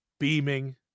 Beaming